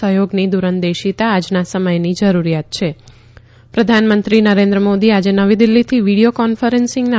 સહયોગ ની દુરંદેશીતા આજના સમયની જરૂરીયાત છ પ્રધાનમંત્રી નરેન્દ્ર મોદી આજે નવી દિલ્હીથી વીડિથો કોન્ફરન્સીંગના